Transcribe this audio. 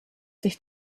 sich